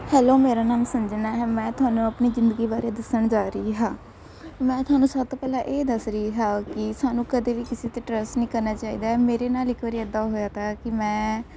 hello ਮੇਰਾ ਨਾਮ ਸੰਜਨਾ ਹੈ ਮੈਂ ਤੁਹਾਨੂੰ ਆਪਣੀ ਜ਼ਿੰਦਗੀ ਬਾਰੇ ਦੱਸਣ ਜਾ ਰਹੀ ਹਾਂ ਮੈਂ ਤੁਹਾਨੂੰ ਸਭ ਤੋਂ ਪਹਿਲਾਂ ਇਹ ਦੱਸ ਰਹੀ ਹਾਂ ਕਿ ਸਾਨੂੰ ਕਦੇ ਵੀ ਕਿਸੇ 'ਤੇ ਟਰੱਸਟ ਨਹੀਂ ਕਰਨਾ ਚਾਹੀਦਾ ਹੈ ਮੇਰੇ ਨਾਲ ਇੱਕ ਵਾਰੀ ਇੱਦਾਂ ਹੋਇਆ ਤਾ ਕਿ ਮੈਂ